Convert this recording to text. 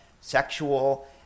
sexual